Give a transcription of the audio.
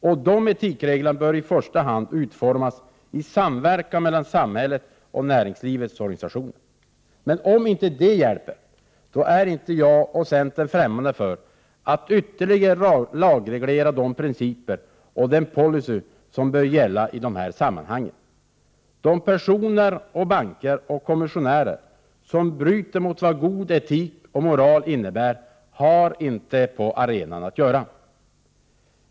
Sådana etikregler bör i första hand utformas i samverkan mellan samhälle och näringslivsorganisationer. Om detta inte hjälper, är jag och centern inte främmande för att ytterligare lagreglera de principer och den policy som bör gälla i sådana här sammanhang. De personer, banker och kommissionärer som bryter mot vad god etik och moral innebär har inte på arenan att göra.